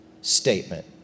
statement